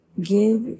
give